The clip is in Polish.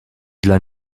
dla